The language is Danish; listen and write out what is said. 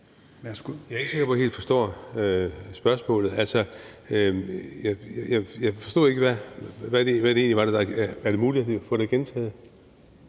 Jeg er ikke sikker på, at jeg helt forstår spørgsmålet. Altså, jeg forstod det ikke. Er det muligt at få det gentaget,